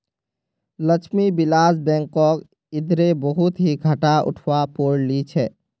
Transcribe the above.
लक्ष्मी विलास बैंकक इधरे बहुत ही घाटा उठवा पो रील छे